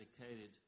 dedicated